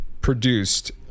produced